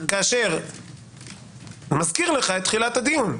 כאשר מזכיר לך את תחילת הדיון.